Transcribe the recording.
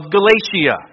Galatia